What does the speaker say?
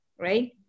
right